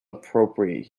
appropriate